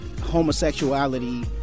homosexuality